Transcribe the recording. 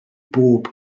bob